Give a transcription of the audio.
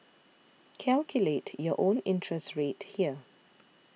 calculate your own interest rate here